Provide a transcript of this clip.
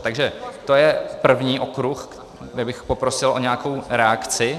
Takže to je první okruh, kde bych poprosil o nějakou reakci.